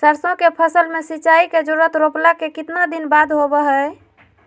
सरसों के फसल में सिंचाई के जरूरत रोपला के कितना दिन बाद होबो हय?